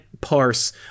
parse